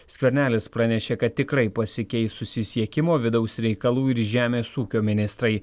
skvernelis pranešė kad tikrai pasikeis susisiekimo vidaus reikalų ir žemės ūkio ministrai